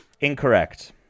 incorrect